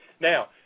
Now